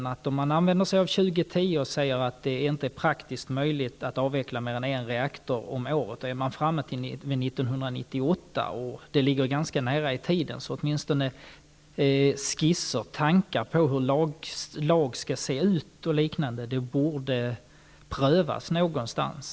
Om man har år 2010 som utgångspunkt och hävdar att det inte är praktiskt möjligt att avveckla mer än en reaktor om året, är man framme vid år 1998. Det ligger ganska nära i tiden, och åtminstone borde skisser och tankar på hur en lag skall se ut prövas någonstans.